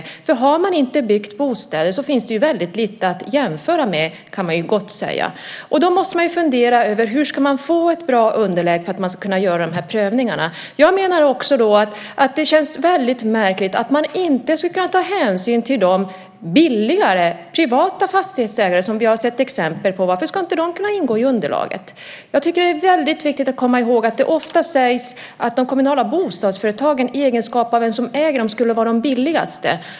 Har man inte byggt bostäder finns det väldigt lite att jämföra med. Det kan man gott säga. Då måste vi ju fundera över hur man ska få ett bra underlag för att kunna göra de här prövningarna. Jag menar också att det känns väldigt märkligt att man inte skulle kunna ta hänsyn till de privata fastighetsägare som är billigare. Det har vi sett exempel på. Varför skulle inte de kunna ingå i underlaget? Jag tycker att det är väldigt viktigt att komma ihåg att det ofta sägs att de kommunala bostadsföretagen, i egenskap av vem som äger dem, skulle vara de billigaste.